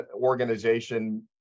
organization